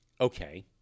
okay